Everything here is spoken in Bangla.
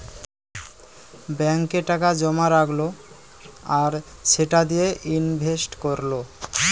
ব্যাংকে টাকা জোমা রাখলে আর সেটা দিয়ে ইনভেস্ট কোরলে